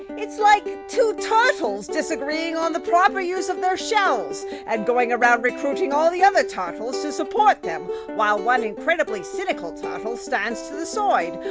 it's like two turtles disagreeing on the proper use of their shells and going around recruiting all the other turtles to support them while one incredibly cynical turtle stands to the side,